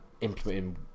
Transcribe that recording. implementing